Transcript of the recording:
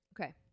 Okay